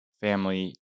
family